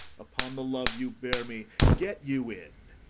upon the love you bear me, get you in.